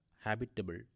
habitable